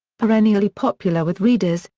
perennially popular with readers,